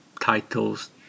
titles